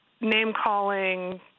name-calling